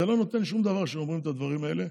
זה לא נותן שום דבר שאומרים את הדברים האלה,